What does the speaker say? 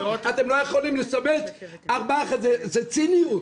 זו ציניות.